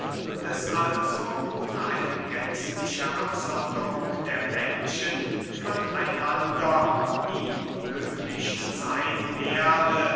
es also ohne eine gänzliche absonderung der menschen von einander nie möglich seyn werde